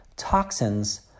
Toxins